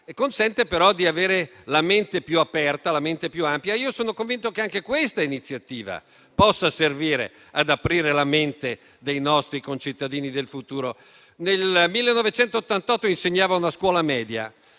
consente però di avere la mente più aperta e più ampia. Sono convinto che anche questa iniziativa possa servire ad aprire la mente dei nostri concittadini del futuro. Nel 1988 insegnavo in una scuola media